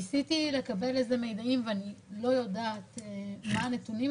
ניסיתי לקבל איזה מידעים ואני לא יודעת מה הנתונים,